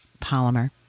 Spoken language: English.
polymer